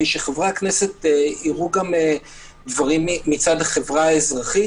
שחברי הכנסת יראו דברים גם מצד החברה האזרחית.